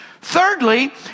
Thirdly